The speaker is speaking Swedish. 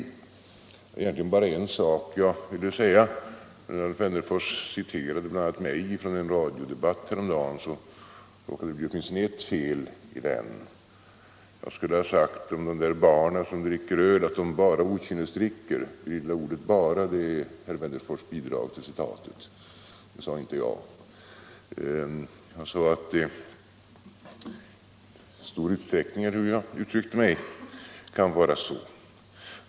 Det är egentligen bara en sak som jag ville säga. När Alf Wennerfors citerade bl.a. mig från en radiodebatt häromdagen råkade det bli åtminstone ett fel. Jag skulle ha sagt om de där barnen som bara dricker öl, att de ”bara okynnesdricker”. Det lilla ordet ”bara” är herr Wennerfors bidrag till citatet; det sade inte jag. Jag sade att det i stor utsträckning —- eller hur jag uttryckte mig — kan vara så.